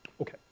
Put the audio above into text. Okay